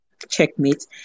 Checkmate